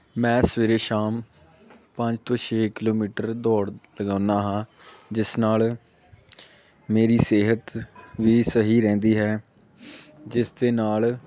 ਮੈਂ ਸਵੇਰੇ ਸ਼ਾਮ ਪੰਜ ਤੋਂ ਛੇ ਕਿਲੋਮੀਟਰ ਦੌੜ ਲਗਾਉਂਦਾ ਹਾਂ ਜਿਸ ਨਾਲ ਮੇਰੀ ਸਿਹਤ ਵੀ ਸਹੀ ਰਹਿੰਦੀ ਹੈ ਜਿਸ ਦੇ ਨਾਲ